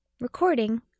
Recording